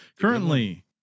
Currently